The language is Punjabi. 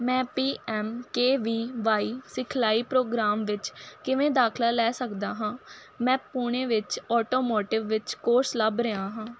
ਮੈਂ P M K V Y ਸਿਖਲਾਈ ਪ੍ਰੋਗਰਾਮ ਵਿੱਚ ਕਿਵੇਂ ਦਾਖਲਾ ਲੈ ਸਕਦਾ ਹਾਂ ਮੈਂ ਪੁਣੇ ਵਿੱਚ ਆਟੋਮੋਟਿਵ ਵਿੱਚ ਕੋਰਸ ਲੱਭ ਰਿਹਾ ਹਾਂ